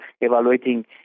evaluating